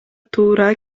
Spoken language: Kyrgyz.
туура